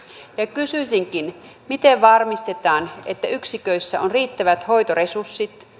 kysyisinkin miten varmistetaan että yksiköissä on riittävät hoitoresurssit